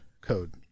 code